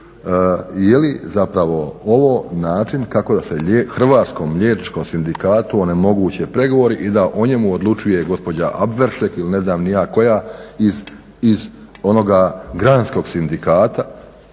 je li zapravo ovo način kako da se Hrvatskom liječničkom sindikatu onemoguće pregovori i da o njemu odlučuje gospođa Avberšek ili ne znam ni ja koja iz onoga granskog sindikata